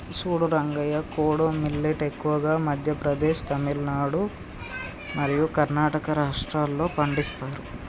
సూడు రంగయ్య కోడో మిల్లేట్ ఎక్కువగా మధ్య ప్రదేశ్, తమిలనాడు మరియు కర్ణాటక రాష్ట్రాల్లో పండిస్తారు